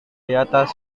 diatas